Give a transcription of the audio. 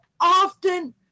Often